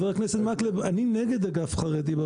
אבל הם לא צריכים לעבוד באגף החרדי,